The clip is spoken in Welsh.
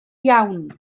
iawn